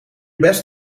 best